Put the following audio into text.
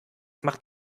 macht